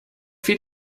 fiel